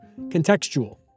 contextual